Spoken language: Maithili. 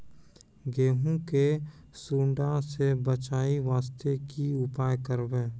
गहूम के सुंडा से बचाई वास्ते की उपाय करबै?